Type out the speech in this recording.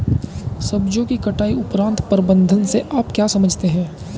सब्जियों की कटाई उपरांत प्रबंधन से आप क्या समझते हैं?